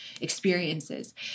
experiences